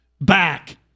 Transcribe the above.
back